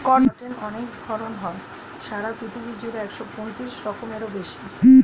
cotton অনেক ধরণ হয়, সারা পৃথিবী জুড়ে একশো পঁয়ত্রিশ রকমেরও বেশি